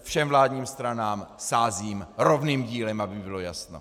Všem vládním stranám sázím rovným dílem, aby bylo jasno.